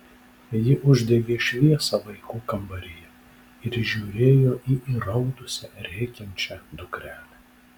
ji uždegė šviesą vaikų kambaryje ir žiūrėjo į įraudusią rėkiančią dukrelę